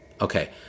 Okay